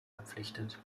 verpflichtet